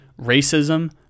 racism